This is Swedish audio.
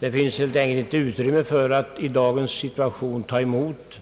Det finns helt enkelt inte utrymme för att i dagens situation ta emot